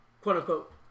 quote-unquote